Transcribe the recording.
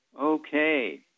Okay